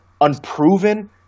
unproven